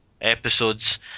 episodes